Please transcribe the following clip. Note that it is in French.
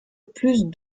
plus